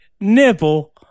nipple